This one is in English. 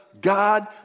God